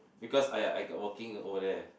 because I I got working over there